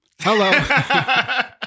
Hello